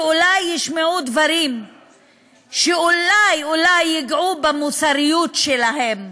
שאולי ישמעו דברים שאולי אולי ייגעו במוסריות שלהם.